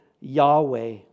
Yahweh